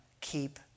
keep